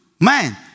Man